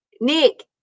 Nick